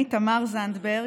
אני, תמר זנדברג,